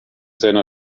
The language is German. seiner